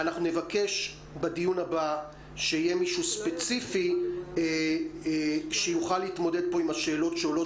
נבקש בדיון הבא שיהיה מישהו ספציפי שיוכל להתמודד פה עם השאלות שעולות